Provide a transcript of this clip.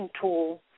tool